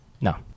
No